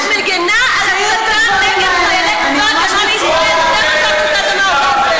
את מגינה על הסתה נגד חיילי צבא הגנה לישראל,